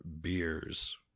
beers